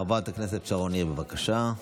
חברת הכנסת שרון ניר, בבקשה.